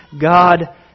God